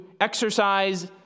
exercise